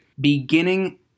beginning